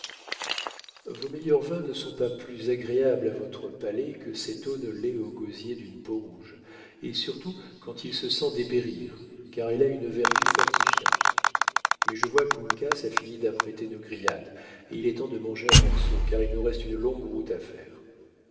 vos meilleurs vins ne sont pas plus agréables à votre palais que cette eau ne l'est au gosier d'une peau-rouge et surtout quand il se sent dépérir car elle a une vertu fortifiante mais je vois qu'uncas a fini d'apprêter nos grillades et il est temps de manger un morceau car il nous reste une longue route à faire